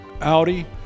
Audi